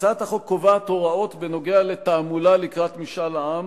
הצעת החוק קובעת הוראות בנוגע לתעמולה לקראת משאל העם,